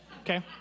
Okay